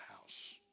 house